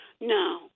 No